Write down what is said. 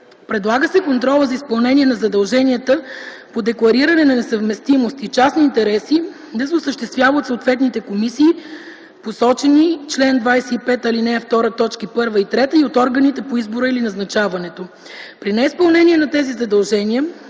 Предлага се контролът за изпълнение на задълженията за деклариране на несъвместимост и частни интереси да се осъществява от съответните комисии, посочени в чл. 25, ал. 2, т. 1 и 3, и от органите по избора или назначаването. При неизпълнение на тези задължения,